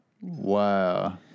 Wow